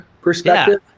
perspective